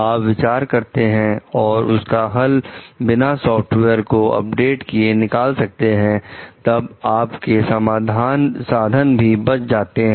आप विचार करते हैं और उसका हल बिना सॉफ्टवेयर को अपडेट किए निकाल सकते हैं तब आप के साधन भी बच जाते हैं